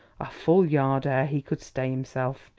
a full yard ere he could stay himself.